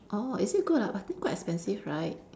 orh is it good ah but I think quite expensive right